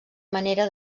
manera